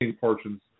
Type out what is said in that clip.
portions